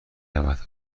رود